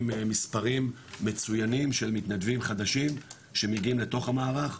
מספרים מצויינים של מתנדבים חדשים שמגיעים לתוך המערך,